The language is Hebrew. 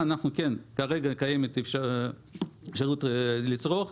שם קיימת אפשרות לצרוך,